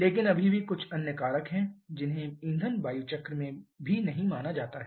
लेकिन अभी भी कुछ अन्य कारक हैं जिन्हें ईंधन वायु चक्र में भी नहीं माना जाता है